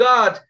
God